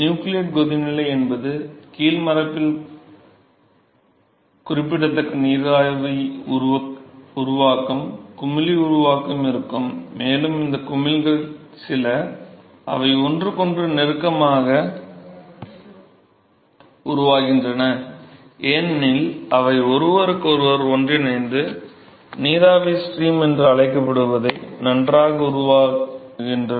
nucleate கொதிநிலை என்பது கீழ் மேற்பரப்பில் குறிப்பிடத்தக்க நீராவி உருவாக்கம் குமிழி உருவாக்கம் இருக்கும் மேலும் இந்த குமிழ்கள் சில அவை ஒன்றுக்கொன்று நெருக்கமாக உருவாகின்றன ஏனெனில் அவை ஒருவருக்கொருவர் ஒன்றிணைந்து நீராவி ஸ்ட்ரீம் என்று அழைக்கப்படுவதை நன்றாக உருவாக்குகின்றன